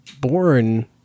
born